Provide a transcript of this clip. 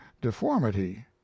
deformity